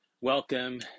welcome